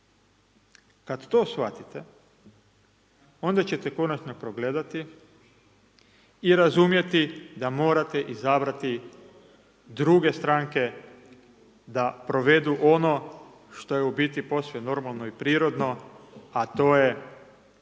Kada to shvatite onda ćete konačno progledati i razumjeti da morate izabrati druge stranke da provedu ono što je u biti posve normalno i prirodno a to je